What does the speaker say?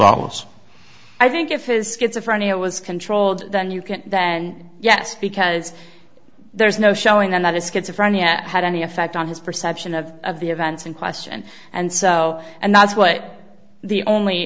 involves i think if is schizophrenia was controlled then you can then yes because there's no showing another schizophrenia had any effect on his perception of of the events in question and so and that's what the only